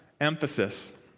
Emphasis